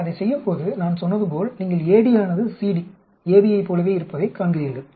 நீங்கள் அதை செய்யும்போது நான் சொன்னதுபோல் நீங்கள் AD ஆனது CD AB யைப் போலவே இருப்பதைக் காண்கிறீர்கள்